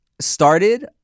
started